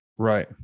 Right